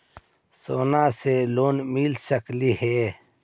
सोना से लोन मिल सकली हे?